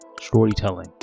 storytelling